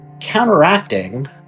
counteracting